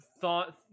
thought